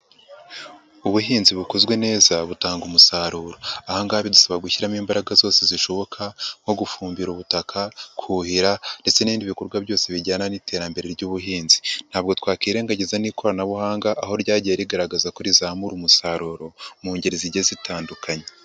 Ubuhinzi bukozwe neza, butanga umusaruro. Aha ngaha bidusaba gushyiramo imbaraga zose zishoboka nko gufumbira ubutaka, kuhira ndetse n'ibindi bikorwa byose bijyana n'iterambere ry'ubuhinzi. Ntabwo twakirengagiza n'ikoranabuhanga, aho ryagiye rigaragaza ko rizamura umusaruro, mu ngeri zigiye zitandukanye.